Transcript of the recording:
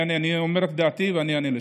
אני אענה.